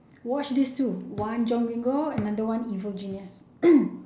watch this two one john Gringo another one evil genius